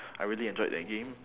I really enjoyed that game